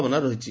ବନା ରହିଛି